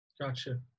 Gotcha